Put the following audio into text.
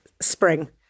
spring